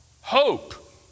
Hope